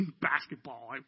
Basketball